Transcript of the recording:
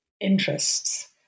interests